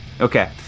okay